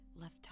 left